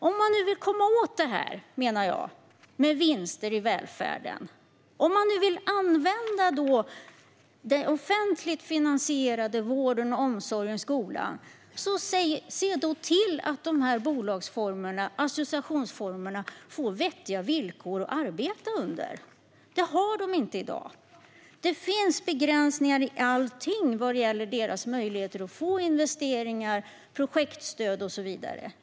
Om man vill komma åt detta med vinster i välfärden och vill använda den offentligt finansierade vården, omsorgen och skolan, se då till att dessa bolagsformer, associationsformer, får vettiga villkor att arbeta under. Det har de inte i dag. Det finns begränsningar i allt när det gäller deras möjligheter att få investeringar, projektstöd och så vidare.